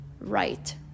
right